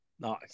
Nice